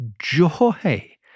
Joy